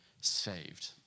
saved